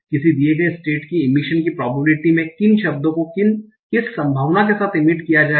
किसी दिए गए स्टेट की इमिशन की प्रोबेबिलिटी में किन शब्दों को किस संभावना के साथ इमिट किया जाएगा